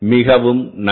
மிகவும் நன்றி